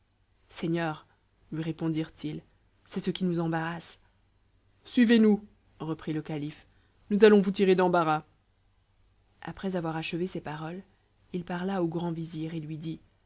seigneur lui répondirent-ils c'est ce qui nous embarrasse suivez-nous reprit le calife nous allons vous tirer d'embarras après avoir achevé ces paroles il parla au grand vizir et lui dit